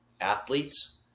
athletes